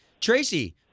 Tracy